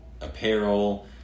apparel